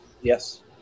Yes